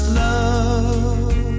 love